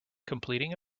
completing